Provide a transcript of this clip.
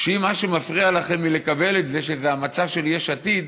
שאם מה שמפריע לכם לקבל את זה זה שזה המצע של יש עתיד,